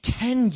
ten